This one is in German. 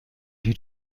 die